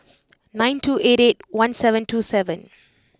nine two eighty eight one seven two seven